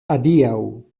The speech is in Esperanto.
adiaŭ